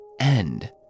end